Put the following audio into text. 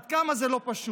עד כמה זה לא פשוט,